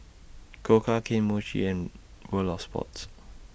Koka Kane Mochi and World of Sports